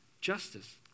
justice